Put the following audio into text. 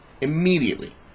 immediately